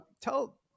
tell